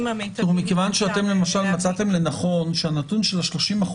המיטביים --- מכיוון שמצאתם לנכון שהנתון של ה-30%